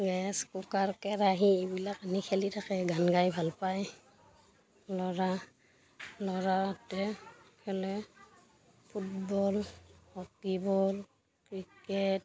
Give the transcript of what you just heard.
gas cooker কেৰাহী এইবিলাক আনি খেলি থাকে গান গাই ভাল পায় ল'ৰা ল'ৰাহঁতে খেলে ফুটবল হকী বল ক্ৰিকেট